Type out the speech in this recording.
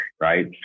Right